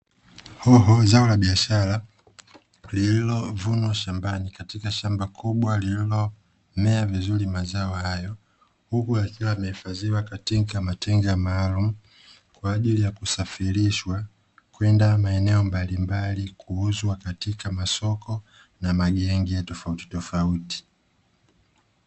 Hoho ni zao la biashara lililovunwa shambani katika shamba kubwa lililomea vizuri mazoa hayo, huku yakiwa yamehifadhiwa katika matenga maalumu kwa ajili ya kusafirishwa, kwenda maeneo mbalimbali kuuzwa katika masoko na magenge tofautitofauti.